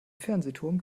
fernsehturm